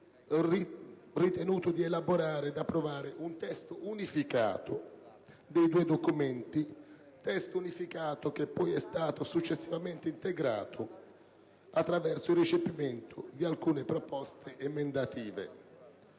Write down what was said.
ritenuto di elaborare e di approvare un testo unificato dei due documenti, testo unificato che è stato poi successivamente integrato attraverso il recepimento di alcune proposte emendative.